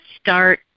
start